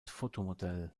fotomodell